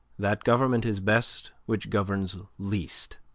that government is best which governs least